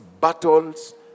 battles